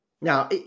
Now